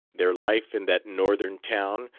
their life in that northern town,